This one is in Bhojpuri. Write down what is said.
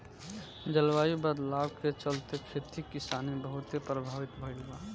जलवायु बदलाव के चलते, खेती किसानी बहुते प्रभावित भईल बा